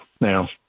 now